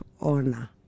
honor